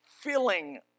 filling